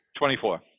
24